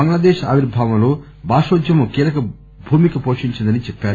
బంగ్లాదేశ్ ఆవిర్బావంలో భాషోధ్యమం కీలక భూమిక వోషించిందని చెప్పారు